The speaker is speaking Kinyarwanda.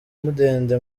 mudende